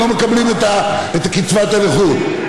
והם לא מקבלים את קצבת הנכות,